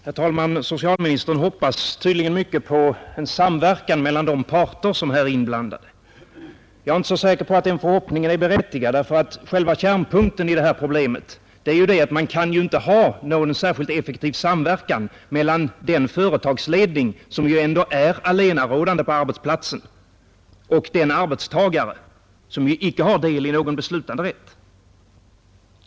Herr talman! Socialministern hoppas tydligen mycket på en samverkan mellan de parter som här är inblandade. Jag är inte säker på att den förhoppningen är berättigad, ty själva kärnpunkten i detta problem är att man inte kan ha någon särskilt effektiv samverkan mellan den företagsledning, som ju ändå är allenarådande på arbetsplatsen, och den arbetstagare som icke har del i någon beslutanderätt.